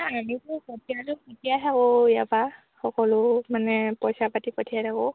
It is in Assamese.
আমিতো পঠিয়ালো কেতিয়াই ইয়াৰ পৰা সকলো মানে পইচা পাতি পঠিয়াই থাকোঁ